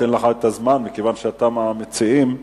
אתן לך את הזמן מכיוון שאתה מהמציעים המקוריים.